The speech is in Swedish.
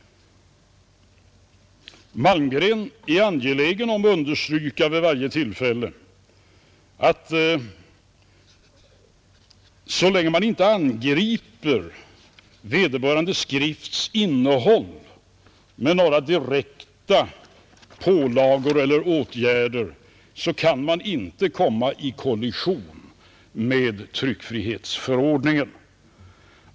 Malmgren är vid varje tillfälle angelägen om att understryka att så länge man inte med några direkta pålagor eller åtgärder angriper vederbörande skrifts innehåll kan man inte komma i kollision med tryckfrihetsförordningen.